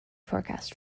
forecast